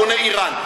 הוא עונה: איראן.